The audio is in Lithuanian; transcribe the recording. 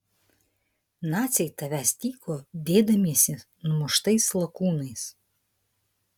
naciai tavęs tyko dėdamiesi numuštais lakūnais